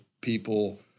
people